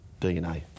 DNA